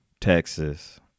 Texas